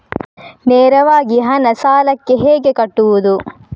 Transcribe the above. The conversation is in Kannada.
ನೇರವಾಗಿ ಹಣ ಸಾಲಕ್ಕೆ ಹೇಗೆ ಕಟ್ಟುವುದು?